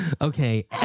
Okay